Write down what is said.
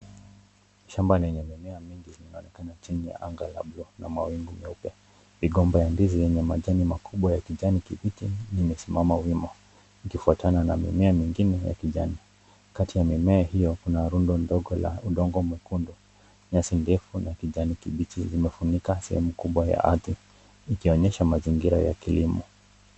Shamba lenye mimea mingi linaonekana chini ya anga ya blue na mawingi meupe. Migomba ya ndizi yenye majani makubwa ya kijani kibichi imesimama wima ikifuatana na mimea ingine ya kijani. Kati ya mimea hiyo kuna rundo ndogo ya rangi nyekundu .Nyasi ndefu ya kijani kibichi imefunika sehemu kubwa ya ardhi ikionyesha mazingira ya kilimo.